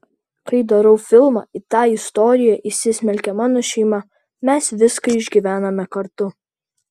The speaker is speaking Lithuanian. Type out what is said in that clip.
kai darau filmą į tą istoriją įsismelkia mano šeima mes viską išgyvename kartu